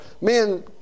men